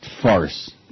farce